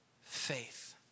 faith